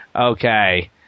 Okay